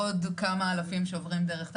עוד כמה אלפים שעוברים דרך טלי.